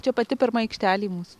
čia pati pirma aikštelė mūsų